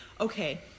okay